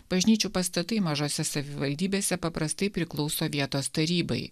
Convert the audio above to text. bažnyčių pastatai mažose savivaldybėse paprastai priklauso vietos tarybai